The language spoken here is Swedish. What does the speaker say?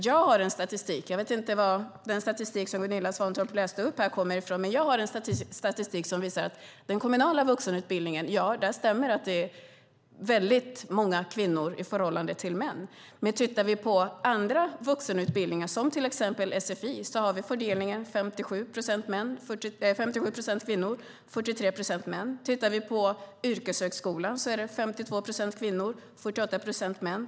Jag vet inte var den statistik som Gunilla Svantorp läste upp kommer ifrån, men jag har en statistik som visar att när det gäller den kommunala vuxenutbildningen stämmer det att det är väldigt många kvinnor i förhållande till män. Men om vi tittar på andra vuxenutbildningar, till exempel sfi, har vi fördelningen 57 procent kvinnor och 43 procent män. Tittar vi på yrkeshögskolan är det 52 procent kvinnor och 48 procent män.